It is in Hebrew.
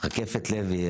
רקפת לוי,